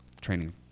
Training